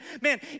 Man